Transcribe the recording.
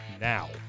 now